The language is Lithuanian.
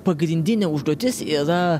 pagrindinė užduotis yra